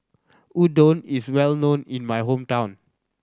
udon is well known in my hometown